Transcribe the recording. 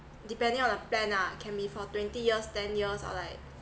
depending on the plan ah can be for twenty years ten years or like